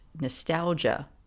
nostalgia